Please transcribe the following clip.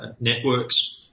networks